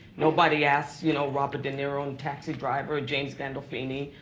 nobody asked you know robert de niro in taxi driver or james gandolfini,